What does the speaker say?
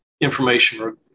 information